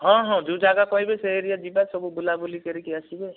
ହଁ ହଁ ଯେଉଁ ଜାଗା କହିବେ ସେ ଏରିଆ ଯିବା ସବୁ ବୁଲାବୁଲି କରିକି ଆସିବେ